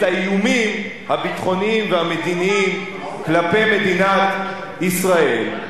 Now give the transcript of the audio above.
האיומים הביטחוניים והמדיניים על מדינת ישראל,